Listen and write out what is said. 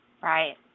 Right